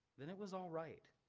then it was all right.